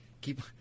keep